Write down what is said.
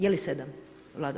Je li 7?